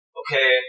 okay